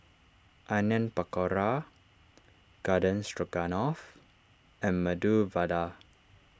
Onion Pakora Garden Stroganoff and Medu Vada